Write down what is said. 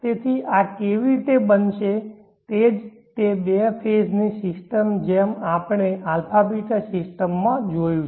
તેથી આ કેવી રીતે બનશે તે જ તે બે ફેઝ ની સિસ્ટમની જેમ જ આપણે α β સિસ્ટમ જોયું છે